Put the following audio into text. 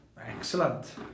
Excellent